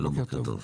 שלום ובוקר טוב.